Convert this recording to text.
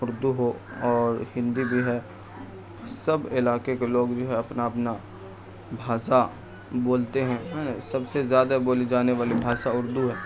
اردو ہو اور ہندی بھی ہے سب علاقے کے لوگ جو ہے اپنا اپنا بھاشا بولتے ہیں ہے نا سب سے زیادہ بولی جانے والی بھاشا اردو ہے